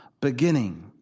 beginning